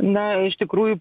na iš tikrųjų